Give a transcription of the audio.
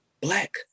black